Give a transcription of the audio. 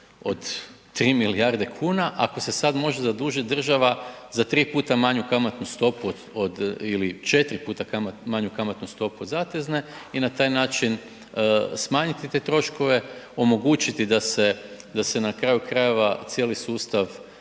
od 3 milijarde kuna ako se sad može zadužiti država za 3x manju kamatnu stopu od ili 4x manju kamatnu stopu zatezne i na taj način smanjiti te troškove, omogućiti da se na kraju krajeva cijeli sustav,